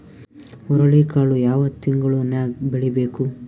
ಹುರುಳಿಕಾಳು ಯಾವ ತಿಂಗಳು ನ್ಯಾಗ್ ಬೆಳಿಬೇಕು?